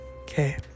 Okay